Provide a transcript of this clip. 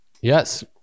Yes